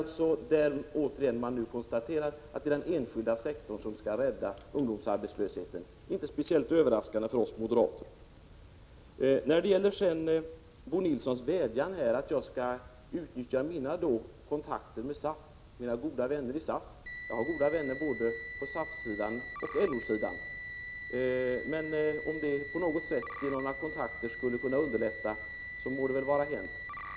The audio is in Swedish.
Men man konstaterar alltså återigen att det är den enskilda sektorn som skall rädda situationen när det gäller ungdomsarbetslösheten. Det är inte speciellt överraskande för oss moderater. Bo Nilsson framför en vädjan att jag skall utnyttja mina kontakter med SAF — han talar om mina goda vänner inom SAF. Jag har goda vänner både på SAF-sidan och på LO-sidan, och om kontakterna på något sätt skulle kunna underlätta det hela, så må det vara hänt.